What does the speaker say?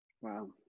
Wow